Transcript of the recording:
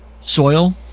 soil